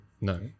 No